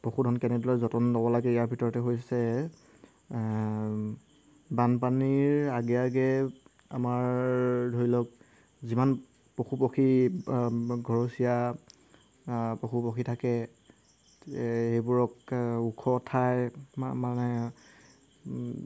পশুধন কেনেদৰে যতন ল'ব লাগে ইয়াৰ ভিতৰতে হৈছে বানপানীৰ আগে আগে আমাৰ ধৰি লওক যিমান পশু পক্ষী ঘৰচীয়া পশু পক্ষী থাকে এই সেইবোৰক ওখ ঠাই মানে